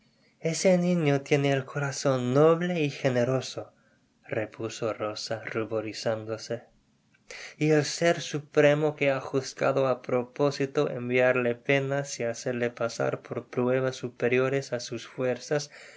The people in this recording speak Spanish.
ese niño tiene el corazon noble y generoso repuso rosa ruborizándose y el sér supremo que ha juzgada á propósito enviarle penas y hacerle pasar por pruebas superiores á sus fuer